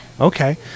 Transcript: Okay